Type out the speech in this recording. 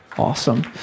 Awesome